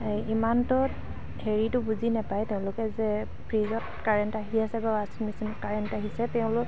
এই ইমানটো হেৰিটো বুজি নাপায় তেওঁলোকে যে ফ্ৰিজত কাৰেণ্ট আহি আছে বা ৱাশ্বিং মেচিনত কাৰেণ্ট আহিছে তেওঁলোক